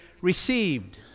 received